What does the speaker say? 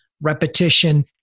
repetition